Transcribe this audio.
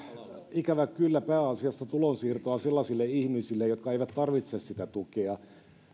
ikävä kyllä pääasiassa tulonsiirtoa sellaisille ihmisille jotka eivät tarvitse sitä tukea